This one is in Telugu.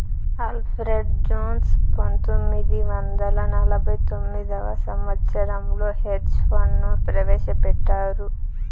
అల్ఫ్రెడ్ జోన్స్ పంతొమ్మిది వందల నలభై తొమ్మిదవ సంవచ్చరంలో హెడ్జ్ ఫండ్ ను ప్రవేశపెట్టారు